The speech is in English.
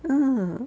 ah